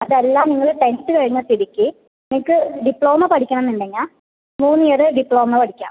അതല്ല നിങ്ങള് ടെൻത്ത് കഴിഞ്ഞ സ്ഥിതിക്ക് നിങ്ങൾക്ക് ഡിപ്ലോമ പഠിക്കണമെന്നുണ്ടെങ്കിൽ മൂന്ന് ഇയർ ഡിപ്ലോമ പഠിക്കാം